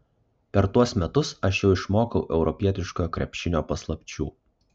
per tuos metus aš jau išmokau europietiškojo krepšinio paslapčių